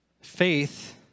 faith